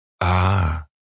Ah